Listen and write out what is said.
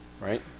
right